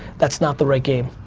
that's not the right game,